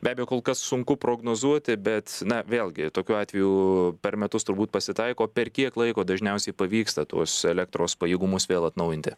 be abejo kol kas sunku prognozuoti bet na vėlgi tokiu atveju per metus turbūt pasitaiko per kiek laiko dažniausiai pavyksta tuos elektros pajėgumus vėl atnaujinti